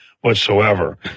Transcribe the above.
whatsoever